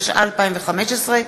התשע"ה 2015,